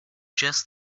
just